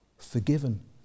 Forgiven